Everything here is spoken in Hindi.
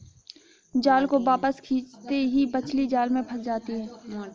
जाल को वापस खींचते ही मछली जाल में फंस जाती है